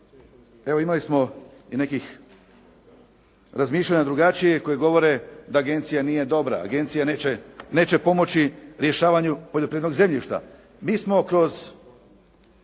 evo imali smo i nekih razmišljanja drugačijih koja govore da agencija nije dobra. Agencija neće pomoći rješavanju poljoprivrednog zemljišta. Mi smo kroz